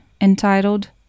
entitled